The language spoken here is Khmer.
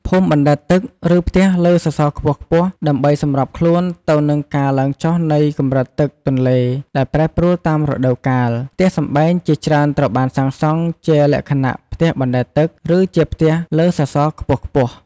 ភូមិបណ្ដែតទឹក ឬផ្ទះលើសសរខ្ពស់ៗ ដើម្បីសម្របខ្លួនទៅនឹងការឡើងចុះនៃកម្រិតទឹកទន្លេដែលប្រែប្រួលតាមរដូវកាល ផ្ទះសម្បែងជាច្រើនត្រូវបានសាងសង់ជាលក្ខណៈ ផ្ទះបណ្ដែតទឹក ឬជា ផ្ទះលើសសរខ្ពស់ៗ។